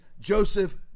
Joseph